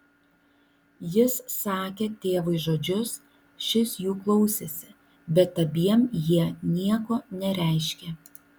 jis sakė tėvui žodžius šis jų klausėsi bet abiem jie nieko nereiškė